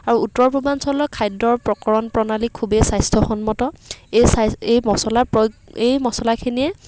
আৰু উত্তৰ পূৰ্বাঞ্চলঅ খাদ্যৰ প্ৰকৰণ প্ৰণালী খুবেই স্বাস্থ্যসন্মত এই স্বা এই মচলাৰ প্ৰয়োগ এই মচলাখিনিয়ে